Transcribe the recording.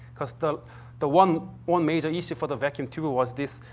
cause the the one one major issue for the vacuum tube was this.